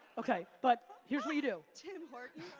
okay, but here's what you do, tim hortons?